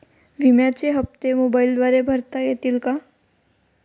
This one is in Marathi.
विम्याचे हप्ते मोबाइलद्वारे भरता येतील का?